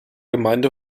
gemeinde